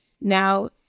now